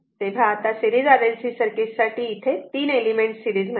तेव्हा आता series RLC circuit साठी इथे तीन एलिमेंट सिरीज मध्ये आहेत